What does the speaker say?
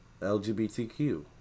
LGBTQ